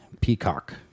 Peacock